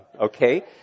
okay